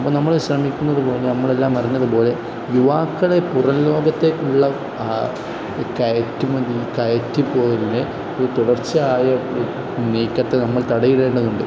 അപ്പം നമ്മൾ ശ്രമിക്കുന്നത് പോലെ നമ്മളെല്ലാം അറിഞ്ഞതു പോലെ യുവാക്കളെ പുറം ലോകത്തേക്കുള്ള കയറ്റുമതി കയറ്റി പോകലിനെ ഇത് തുടർച്ചയായ ഈ നീക്കത്തെ നമ്മൾ തടയിടേണ്ടതുണ്ട്